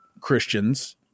Christians